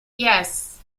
yes